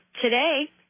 today